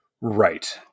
Right